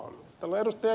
kun täällä ed